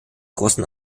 großen